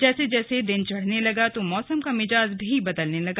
जैसे जैसे दिन चढ़ने लगा तो मौसम का मिजाज भी बदलने लगा